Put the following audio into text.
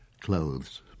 clothes